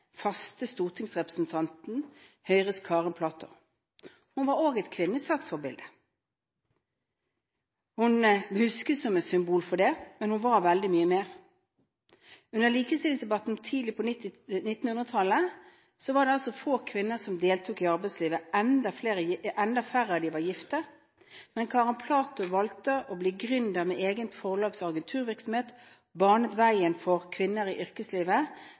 stortingsrepresentanten, Høires Karen Platou. Hun var også et kvinnesaksforbilde, og blir husket som et symbol for kvinnesaken. Men hun var veldig mye mer. Under likestillingsdebatten tidlig på 1900-tallet var det få kvinner som deltok i arbeidslivet – enda færre av dem var gift – men Karen Platou valgte å bli gründer med egen forlags- og agenturvirksomhet, og hun banet veien for kvinner i yrkeslivet,